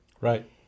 Right